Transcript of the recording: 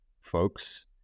folks